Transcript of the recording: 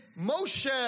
Moshe